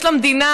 יש למדינה,